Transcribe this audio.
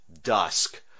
dusk